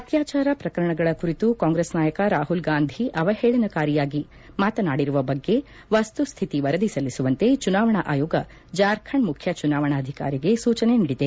ಅತ್ಯಾಚಾರ ಪ್ರಕರಣಗಳ ಕುರಿತು ಕಾಂಗ್ರೆಸ್ ನಾಯಕ ರಾಹುಲ್ಗಾಂಧಿ ಅವಹೇಳನಕಾರಿಯಾಗಿ ಮಾತನಾಡಿರುವ ಬಗ್ಗೆ ವಸ್ತುಸ್ಥಿತಿ ವರದಿ ಸಲ್ಲಿಸುವಂತೆ ಚುನಾವಣಾ ಆಯೋಗ ಜಾರ್ಖಂಡ್ ಮಖ್ಯ ಚುನಾವಣಾಧಿಕಾರಿಗೆ ಸೂಚನೆ ನೀಡಿದೆ